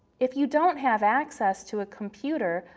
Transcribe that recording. if you don't have access to a computer,